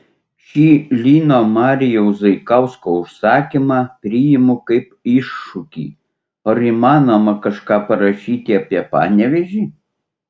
šį lino marijaus zaikausko užsakymą priimu kaip iššūkį ar įmanoma kažką parašyti apie panevėžį